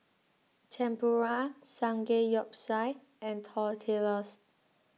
Tempura Samgeyopsal and Tortillas